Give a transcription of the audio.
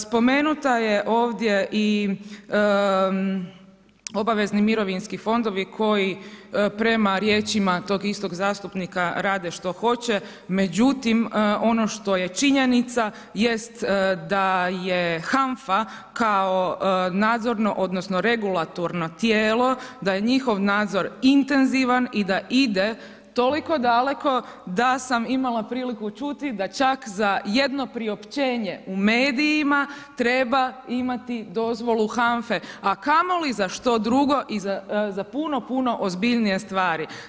Spomenuta je ovdje i, obavezni mirovinski fondovi koji prema riječima tog istog zastupnika rade što hoće, međutim ono što je činjenica jest da je HANFA kao nadzorno, odnosno regulatorno tijelo, da je njihov nadzor intenzivan i da ide toliko daleko da sam imala priliku čuti da čak za jedno priopćenje u medijima treba imati dozvolu HANFA-e, a kamo li za šti drugo i za puno, puno ozbiljnije stvari.